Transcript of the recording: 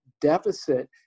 deficit